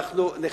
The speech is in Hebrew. ניצלת.